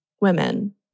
women